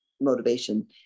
motivation